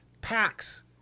packs